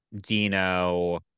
Dino